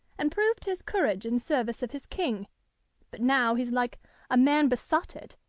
and proved his courage in service of his king but now he's like a man besotted,